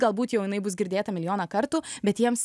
galbūt jau jinai bus girdėta milijoną kartų bet jiems